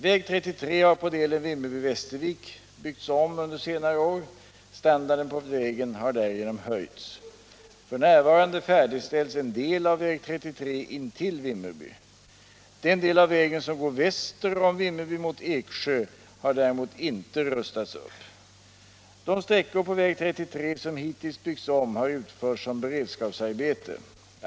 Väg 33 har på delen Vimmerby-Västervik byggts om under senare år. Standarden på vägen har därigenom höjts. F.n. färdigställs en del av väg 33 intill Vimmerby. Den del av vägen som går väster om Vimmerby mot Eksjö har däremot inte rustats upp. De sträckor på väg 33 som hittills byggts om har utförts som beredskapsarbete.